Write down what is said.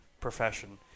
profession